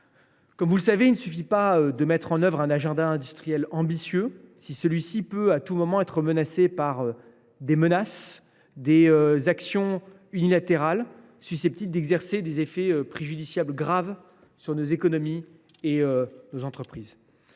comme vous le savez, il ne suffit pas de définir un agenda industriel ambitieux : sa mise en œuvre peut, à tout moment, être compromise par des menaces ou des actions unilatérales, susceptibles d’exercer des effets préjudiciables graves sur nos économies et nos entreprises.